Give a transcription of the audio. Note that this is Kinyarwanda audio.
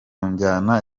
njyana